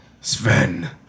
Sven